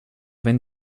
wenn